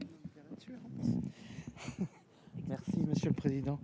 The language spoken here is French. explication de vote.